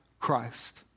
Christ